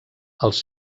els